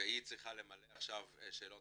והיא צריכה למלא עכשיו שאלון